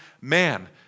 man